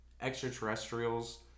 extraterrestrials